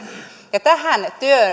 ja tähän